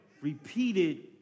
repeated